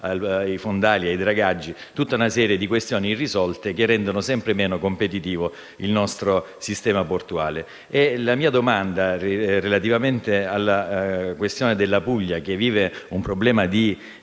ai fondali, ai dragaggi) e tutta una serie di questioni irrisolte rendono sempre meno competitivo il nostro sistema portuale. La mia domanda è relativa alla Puglia, che vive un problema di